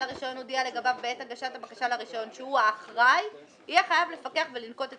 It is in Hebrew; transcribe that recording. נחזור רגע לסעיף 30. אני מתנצלת, אני